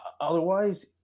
otherwise